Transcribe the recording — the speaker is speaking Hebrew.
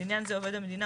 לעניין זה עובד המדינה,